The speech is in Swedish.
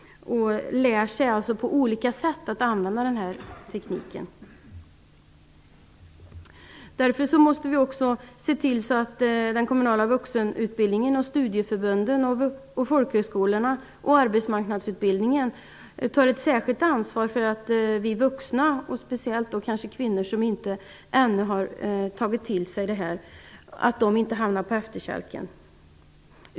Man lär sig att använda tekniken på olika sätt. Därför måste vi också se till att den kommunala vuxenutbildningen, studieförbunden, folkhögskolorna och arbetsmarknadsutbildningen tar ett särskilt ansvar för att vi vuxna, och kanske speciellt kvinnor som inte ännu har tagit till sig detta, inte hamnar på efterkälken.